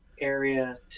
area